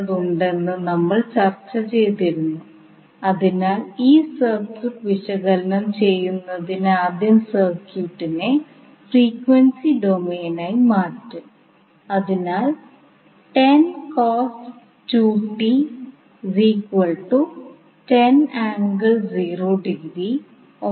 എന്തുകൊണ്ടാണ് നമ്മൾ മാട്രിക്സ് രൂപത്തിൽ ചെയ്യുന്നത് കാരണം മാട്രിക്സ് രൂപത്തിൽ സമവാക്യം പരിഹരിക്കുന്നത് എളുപ്പമാണ്